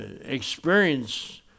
experience